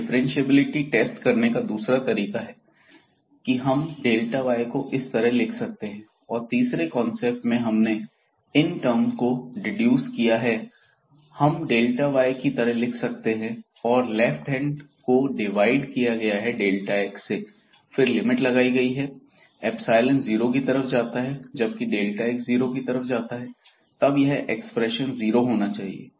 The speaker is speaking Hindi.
यह डिफ्रेंशिएबिलिटी टेस्ट करने का दूसरा तरीका है कि हम y को इस तरह लिख सकते हैं और तीसरे कांसेप्ट में हमने इन टर्म्स को डिड्यूस किया है हम y की तरह लिख सकते हैं और लेफ्ट हैंड को डिवाइड किया गया है xसे फिर लिमिट लगाई गई है इप्सिलोन जीरो की तरफ जाता है जबकि x जीरो की तरफ जाता है तब यह ऍक्सप्रैशन जीरो होना चाहिए